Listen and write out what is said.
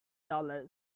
dollars